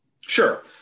Sure